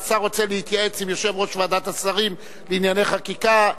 השר רוצה להתייעץ עם יושב-ראש ועדת השרים לענייני חקיקה,